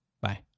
bye